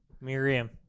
Miriam